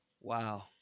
Wow